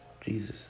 Jesus